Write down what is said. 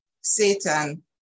Satan